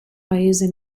paese